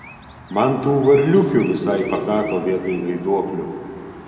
man tų varliukių visai pakako vietoj vaiduoklių